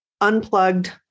unplugged